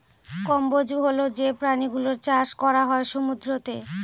কম্বোজ হল যে প্রাণী গুলোর চাষ করা হয় সমুদ্রতে